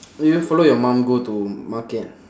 do you follow your mum go to market